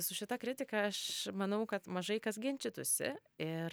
su šita kritika aš manau kad mažai kas ginčytųsi ir